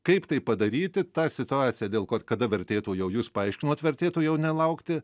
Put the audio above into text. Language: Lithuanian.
kaip tai padaryti tą situaciją dėl ko kada vertėtų jau jūs paaiškinot vertėtų jau nelaukti